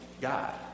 God